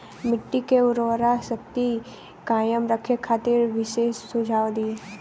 मिट्टी के उर्वरा शक्ति कायम रखे खातिर विशेष सुझाव दी?